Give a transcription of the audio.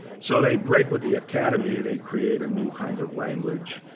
so they break with the academy. they create a new kind of language.